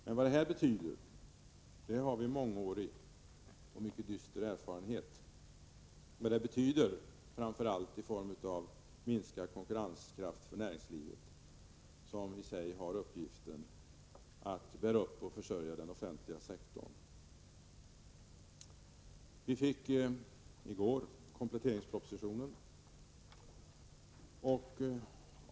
Men vad detta betyder har vi mångårig och mycket dyster erfarenhet av. Det betyder framför allt minskad konkurrenskraft för näringslivet, som måste bära upp och försörja den offentliga sektorn. I går fick vi kompletteringspropositionen.